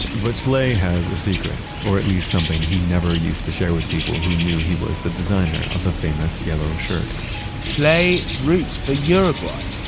but schlee has a secret, or at least something he never used to share with people who knew he was the designer of the famous yellow shirt schlee roots for uruguay.